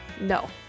no